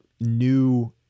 new